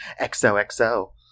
XOXO